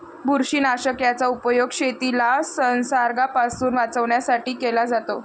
बुरशीनाशक याचा उपयोग शेतीला संसर्गापासून वाचवण्यासाठी केला जातो